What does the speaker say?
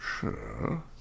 Sure